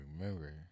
remember